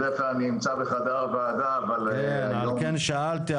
בדרך כלל אני נמצא בחדר הוועדה -- לכן שאלתי,